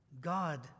god